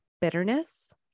bitterness